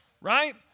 Right